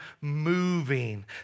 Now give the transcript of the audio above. moving